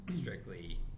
strictly